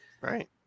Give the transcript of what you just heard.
Right